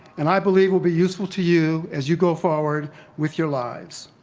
and i believe will be useful to you, as you go forward with your lives.